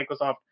Microsoft